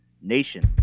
nation